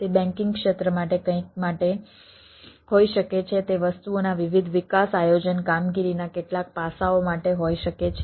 તે બેંકિંગ ક્ષેત્ર માટે કંઈક માટે હોઈ શકે છે તે વસ્તુઓના વિવિધ વિકાસ આયોજન કામગીરીના કેટલાક પાસાઓ માટે હોઈ શકે છે